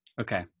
Okay